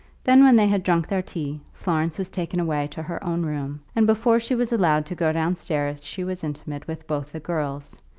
then, when they had drunk their tea, florence was taken away to her own room, and before she was allowed to go downstairs she was intimate with both the girls,